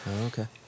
Okay